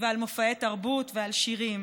ועל מופעי תרבות ועל שירים,